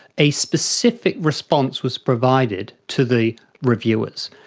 a specific response was provided to the reviewers.